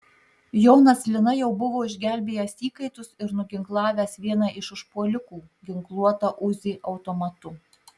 jonas lina jau buvo išgelbėjęs įkaitus ir nuginklavęs vieną iš užpuolikų ginkluotą uzi automatu